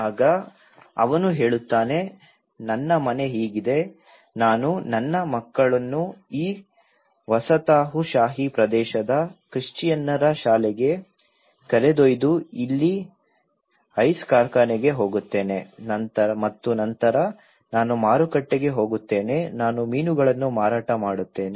ಆಗ ಅವನು ಹೇಳುತ್ತಾನೆ ನನ್ನ ಮನೆ ಹೀಗಿದೆ ನಾನು ನನ್ನ ಮಕ್ಕಳನ್ನು ಈ ವಸಾಹತುಶಾಹಿ ಪ್ರದೇಶದ ಕ್ರಿಶ್ಚಿಯನ್ನರ ಶಾಲೆಗೆ ಕರೆದೊಯ್ದು ಇಲ್ಲಿ ಐಸ್ ಕಾರ್ಖಾನೆಗೆ ಹೋಗುತ್ತೇನೆ ಮತ್ತು ನಂತರ ನಾನು ಮಾರುಕಟ್ಟೆಗೆ ಹೋಗಿ ನಾನು ಮೀನುಗಳನ್ನು ಮಾರಾಟ ಮಾಡುತ್ತೇನೆ